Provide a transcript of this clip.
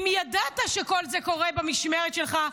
אם ידעת שכל זה קורה במשמרת שלך,